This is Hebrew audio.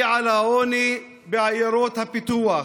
האחראי לעוני בעיירות הפיתוח?